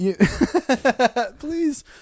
Please